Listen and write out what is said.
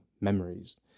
memories